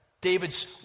David's